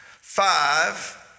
five